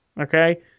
Okay